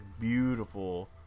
beautiful